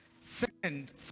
Second